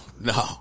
no